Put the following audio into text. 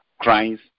Christ